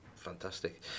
Fantastic